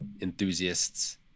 enthusiasts